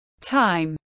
time